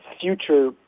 future